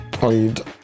played